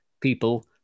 people